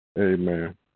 Amen